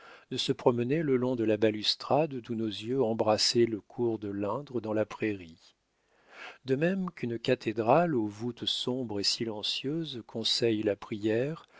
de se promener le long de la balustrade d'où nos yeux embrassaient le cours de l'indre dans la prairie de même qu'une cathédrale aux voûtes sombres et silencieuses conseille la prière